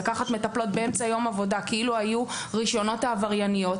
לקחת מטפלות באמצע יום עבודה כאילו היו ראשוני העברייניות.